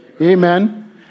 Amen